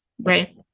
Right